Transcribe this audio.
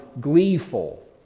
gleeful